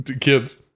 Kids